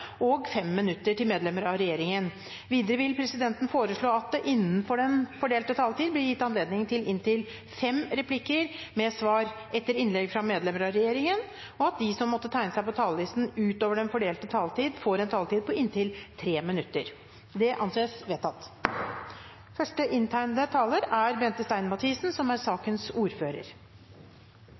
og 5 minutter til medlemmer av regjeringen. Videre vil presidenten foreslå at det – innenfor den fordelte taletid – blir gitt anledning til inntil seks replikker med svar etter innlegg fra medlemmer av regjeringen, og at de som måtte tegne seg på talerlisten utover den fordelte taletid, får en taletid på inntil 3 minutter. – Det anses vedtatt. Denne saken er som